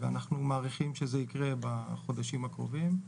אנחנו מעריכים שזה יקרה בחודשים הקרובים.